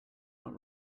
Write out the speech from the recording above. not